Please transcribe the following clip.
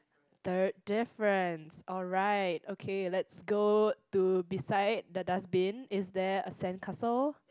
third difference alright okay let's go to beside the dustbin is there a sandcastle